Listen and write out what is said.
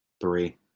three